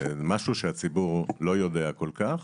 משהו שהציבור לא יודע כל כך.